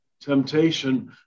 temptation